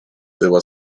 była